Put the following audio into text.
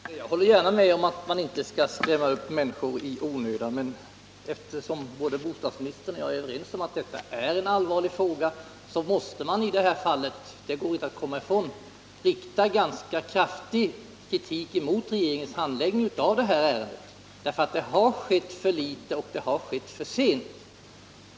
Herr talman! Jag håller gärna med om att man inte skall skrämma upp människor i onödan. Men eftersom bostadsministern och jag är överens om att detta är en allvarlig fråga, måste man i detta fall — det går inte att komma ifrån — rikta ganska kraftig kritik mot regeringens handläggning av detta ärende. Det har skett för litet och för sent.